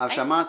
אז שמעת?